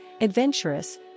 adventurous